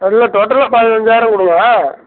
எல்லாம் டோட்டலாக பதினைஞ்சாயிரம் கொடுங்க